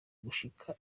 gushika